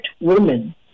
women